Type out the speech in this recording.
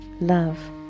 Love